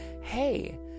hey